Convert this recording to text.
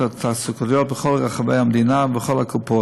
התעסוקתיות בכל רחבי המדינה ובכל הקופות.